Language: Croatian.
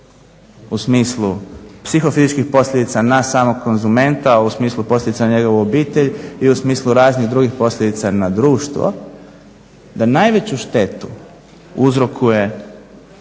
u smislu psihofizičkih posljedica na samog konzumenta u smislu posljedica na njegovu obitelj i u smislu raznih drugih posljedica na društvo da najveću štetu uzrokuje